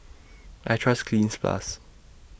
I Trust Cleanz Plus